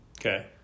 Okay